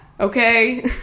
Okay